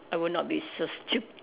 I would not be so stup~